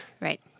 Right